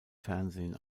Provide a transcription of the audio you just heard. fernsehen